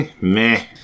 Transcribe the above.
Meh